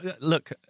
look